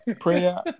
Prayer